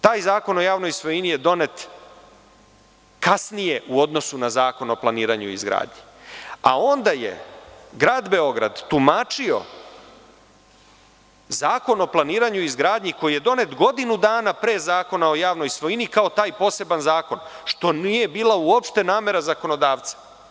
Taj zakon o javnoj svojini je donet kasnije u odnosu na Zakon o planiranju i izgradnji, a onda je Grad Beograd tumačio Zakon o planiranju i izgradnji koji je donet godinu dana pre Zakona o javnoj svojini kao taj poseban zakon, što nije bilo uopšte namera zakonodavca.